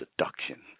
seduction